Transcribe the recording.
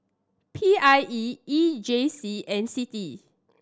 P I E E J C and CITI